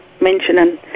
mentioning